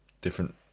different